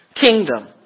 kingdom